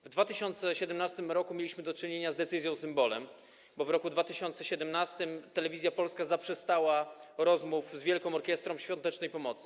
W 2017 r. mieliśmy do czynienia z decyzją symbolem, bo w roku 2017 Telewizja Polska zaprzestała rozmów z Wielką Orkiestrą Świątecznej Pomocy.